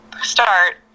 start